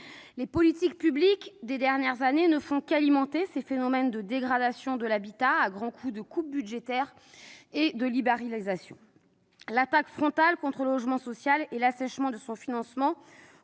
Les politiques publiques des dernières années ne font qu'alimenter ces phénomènes de dégradation de l'habitat à grands coups de coupes budgétaires et de libéralisation. L'attaque frontale contre le logement social et l'assèchement de son financement,